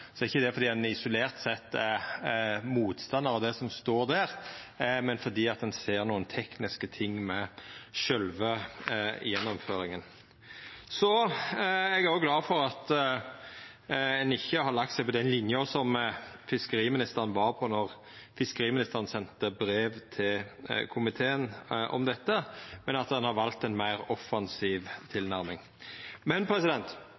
er ikkje det fordi ein isolert sett er motstandar av det som står der, men fordi ein ser nokre tekniske ting med sjølve gjennomføringa. Eg er òg glad for at ein ikkje har lagt seg på den linja som fiskeriministeren var på då han sende brev til komiteen om dette, men at ein har valt ei meir offensiv tilnærming. Men